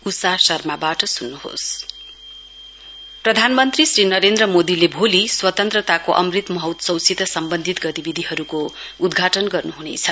India प्रधानमन्त्री श्री नरेन्द्र मोदीले भोलि स्वतन्त्रताको अमृत महोत्सवसित सम्वन्धित गतिविधिहरूको उद्घाटन गर्नुहुनेछ